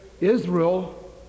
Israel